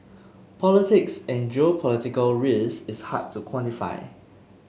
politics and geopolitical risk is hard to quantify